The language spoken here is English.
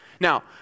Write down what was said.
Now